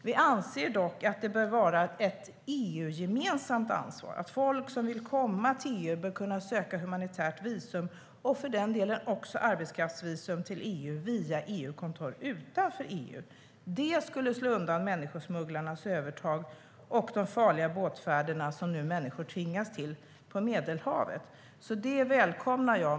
Vi anser dock att det bör vara ett EU-gemensamt ansvar att folk som vill komma till EU bör kunna söka humanitärt visum och för den delen också arbetskraftsvisum i EU via kontroll utanför EU. Det skulle slå undan människosmugglarnas övertag och de farliga båtfärder som människor nu tvingas till på Medelhavet, så det välkomnar jag.